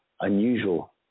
unusual